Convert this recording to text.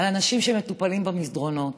על אנשים שמטופלים במסדרונות,